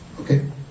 Okay